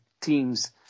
teams